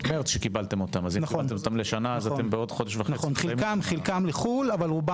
קיבלתם אותם בסביבות מרץ לשנה אז בעוד חודש וחצי הם כבר לא יהיו.